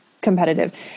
competitive